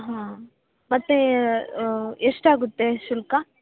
ಹಾಂ ಮತ್ತು ಎಷ್ಟಾಗುತ್ತೆ ಶುಲ್ಕ